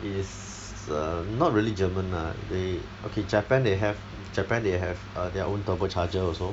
it is err not really german ah they okay japan they have japan they have uh their own turbo charger also